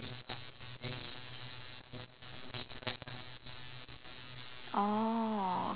oh